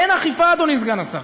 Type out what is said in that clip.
אין אכיפה, אדוני סגן השר,